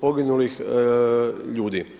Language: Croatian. poginulih ljudi.